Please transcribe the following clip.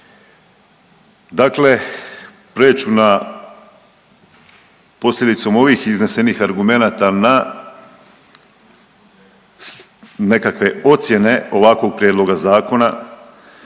Dakle, preć ću na, posljedicom ovih iznesenih argumenata na nekakve ocjene ovakvog prijedloga zakona